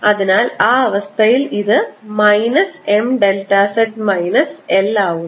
അതിനാൽ ആ അവസ്ഥയിൽ ഇത് minus M delta z minus L ആകുന്നു